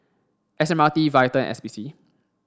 S M R T VITAL and S P C